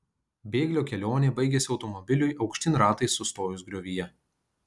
bėglio kelionė baigėsi automobiliui aukštyn ratais sustojus griovyje